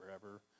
forever